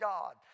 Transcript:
God